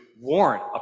warrant